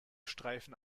streifen